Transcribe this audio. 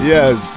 Yes